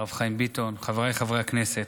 הרב חיים ביטון, חבריי חברי הכנסת,